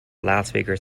loudspeakers